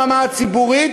ברמה הציבורית,